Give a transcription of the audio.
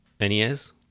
nes